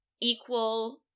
equal